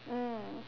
mm